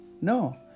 No